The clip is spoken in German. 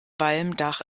walmdach